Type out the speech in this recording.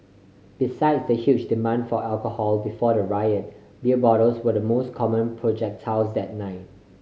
besides the huge demand for alcohol before the riot beer bottles were the most common projectiles that night